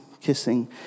kissing